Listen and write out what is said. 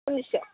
खुन्थिसेयाव